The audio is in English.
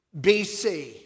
BC